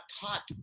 taught